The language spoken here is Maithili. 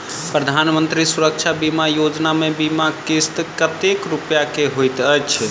प्रधानमंत्री सुरक्षा बीमा योजना मे बीमा किस्त कतेक रूपया केँ होइत अछि?